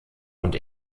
und